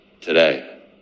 today